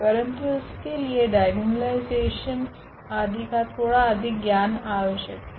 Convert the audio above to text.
परंतु इसके लिए डाइगोनलाइज़ेशन आदि का थोडा अधिक ज्ञान आवश्यक है